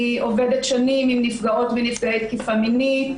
אני עובדת שנים עם נפגעות ונפגעי תקיפה מינית.